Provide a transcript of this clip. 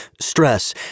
stress